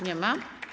Nie ma.